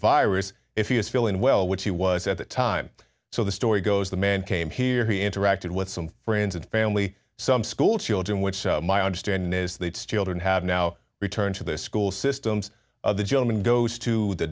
virus if he is feeling well which he was at the time so the story goes the man came here he interacted with some friends of the family some school children which my understanding is that it's children have now returned to the school systems the gentleman goes to the